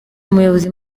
umuyobozi